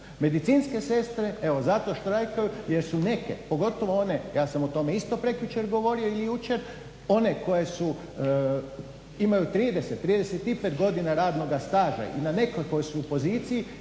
Medicinske sestre evo zato štrajkaju jer su neke, pogotovo one, ja sam o tome isto prekjučer govorio ili jučer, one koje imaju 30, 35 godina radnoga staža i na nekakvoj su poziciji